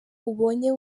ubonye